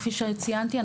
כפי שציינתי,